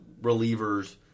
relievers